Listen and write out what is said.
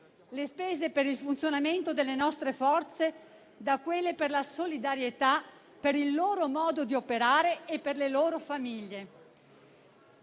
le spese per il funzionamento delle nostre forze da quelle per la solidarietà, per il loro modo di operare e per le loro famiglie.